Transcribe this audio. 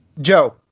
Joe